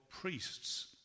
priests